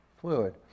fluid